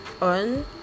on